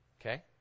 Okay